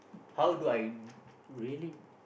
how do I really